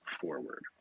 forward